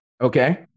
Okay